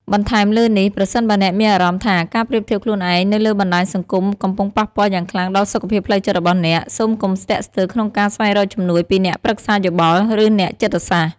បន្ថែមលើនេះ ប្រសិនបើអ្នកមានអារម្មណ៍ថាការប្រៀបធៀបខ្លួនឯងនៅលើបណ្ដាញសង្គមកំពុងប៉ះពាល់យ៉ាងខ្លាំងដល់សុខភាពផ្លូវចិត្តរបស់អ្នក សូមកុំស្ទាក់ស្ទើរក្នុងការស្វែងរកជំនួយពីអ្នកប្រឹក្សាយោបល់ ឬអ្នកចិត្តសាស្ត្រ។